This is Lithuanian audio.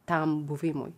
tam buvimui